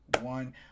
one